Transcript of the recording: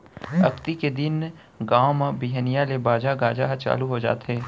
अक्ती के दिन गाँव म बिहनिया ले बाजा गाजा ह चालू हो जाथे